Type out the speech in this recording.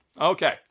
Okay